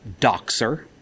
doxer